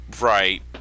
right